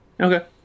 Okay